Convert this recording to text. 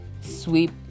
sweep